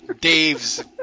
Dave's